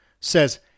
says